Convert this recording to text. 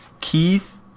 Keith